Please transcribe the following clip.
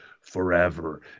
forever